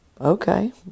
Okay